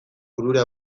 burura